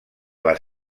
les